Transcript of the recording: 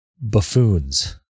buffoons